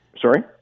Sorry